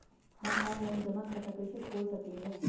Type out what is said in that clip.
हम ऑनलाइन जमा खाता कईसे खोल सकली ह?